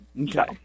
Okay